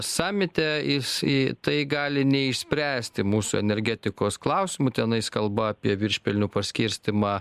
samite jis į tai gali neišspręsti mūsų energetikos klausimų ten ais kalba apie viršpelnių paskirstymą